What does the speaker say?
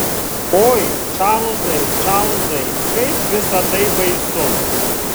oi čarlzai čarlzai kaip visa tai baisu